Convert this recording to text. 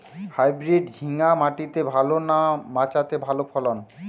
Hybrid ঝিঙ্গা মাটিতে ভালো না মাচাতে ভালো ফলন?